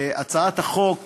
הצעת חוק